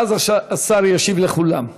ואז השר ישיב לכולם.